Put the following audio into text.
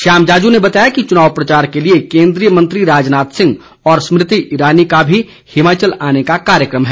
श्याम जाजू ने बताया कि चुनाव प्रचार के लिए केन्द्रीय मंत्री राजनाथ सिंह और स्मृति ईरानी का भी हिमाचल आने का कार्यक्रम है